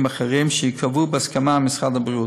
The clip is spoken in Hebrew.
אחרים שייקבעו בהסכמה עם משרד הבריאות.